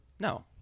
No